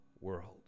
world